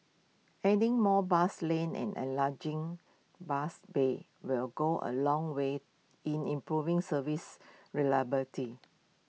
adding more bus lanes and enlarging bus bays will go A long way in improving service reliability